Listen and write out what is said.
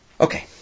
Okay